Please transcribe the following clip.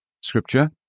Scripture